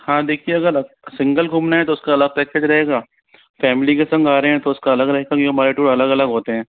हाँ देखिये अगर सिंगल घूमना है तो उसका अलग पैकेज रहेगा फैमिली के संग आ रहे रहे हैं तो उसका अलग रहेगा क्योंकि हमारे टूर अलग अलग होते हैं